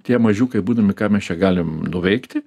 tie mažiukai būdami ką mes čia galim nuveikti